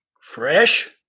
fresh